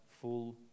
full